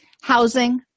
Housing